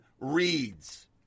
reads